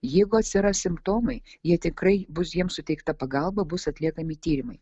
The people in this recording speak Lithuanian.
jeigu atsiras simptomai jie tikrai bus jiems suteikta pagalba bus atliekami tyrimai